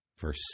Verse